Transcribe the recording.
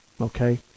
okay